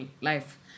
life